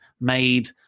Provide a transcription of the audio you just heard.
made